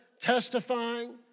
testifying